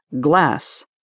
glass